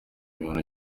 ibihano